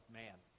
man